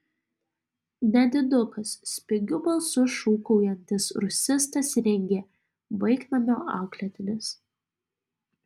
nedidukas spigiu balsu šūkaujantis rusistas ringė vaiknamio auklėtinis